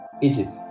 egypt